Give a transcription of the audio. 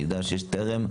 יש את "טרם",